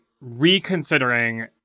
reconsidering